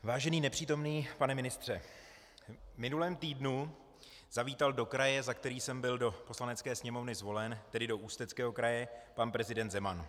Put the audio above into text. Vážený nepřítomný pane ministře, v minulém týdnu zavítal do kraje, za který jsem byl do Poslanecké sněmovny zvolen, tedy do Ústeckého kraje, pan prezident Zeman.